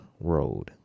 road